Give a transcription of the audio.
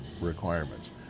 requirements